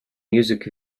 music